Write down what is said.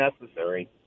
necessary